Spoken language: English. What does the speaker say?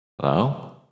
Hello